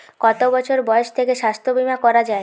কত বছর বয়স থেকে স্বাস্থ্যবীমা করা য়ায়?